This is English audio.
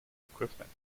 equipment